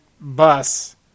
bus